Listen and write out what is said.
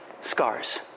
Scars